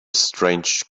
strange